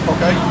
Okay